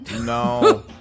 no